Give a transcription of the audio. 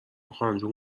خانجون